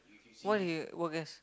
what you were guess